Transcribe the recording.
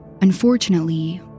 Unfortunately